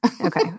Okay